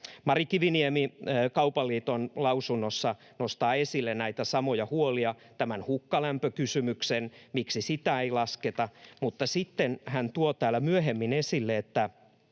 Mari Kiviniemi Kaupan liiton lausunnossa nostaa esille näitä samoja huolia, kuten tämän hukkalämpökysymyksen, miksi sitä ei lasketa, mutta sitten hän tuo täällä myöhemmin esille —